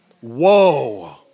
Whoa